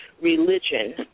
religion